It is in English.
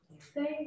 Thank